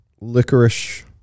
licorice